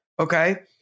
Okay